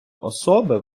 особи